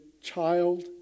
child